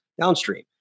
downstream